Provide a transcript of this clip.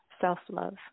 self-love